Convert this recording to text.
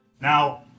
Now